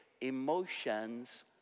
emotions